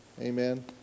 Amen